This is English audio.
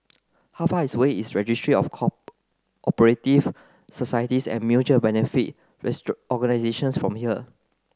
how far is way is Registry of operative Societies and Mutual Benefit Organisations from here